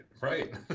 Right